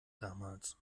damals